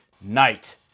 night